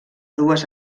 dues